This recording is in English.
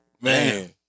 Man